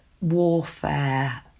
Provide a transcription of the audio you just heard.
warfare